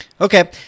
Okay